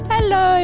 Hello